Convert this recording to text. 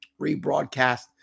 rebroadcast